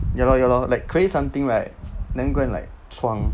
ya lor ya lor like create something right 能 go and like 闯